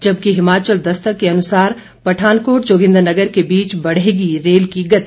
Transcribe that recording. जबकि हिमाचल दस्तक के अनुसार पठानकोट जोगिंद्रनगर के बीच बढ़ेगी रेल की गति